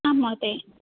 आं महोदय